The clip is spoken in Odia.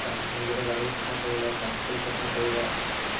ନିଜର ଗାଡ଼ି ସଫା କରିବା ସାଇକେଲ ସଫା କରିବା